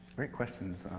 great questions.